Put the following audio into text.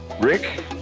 Rick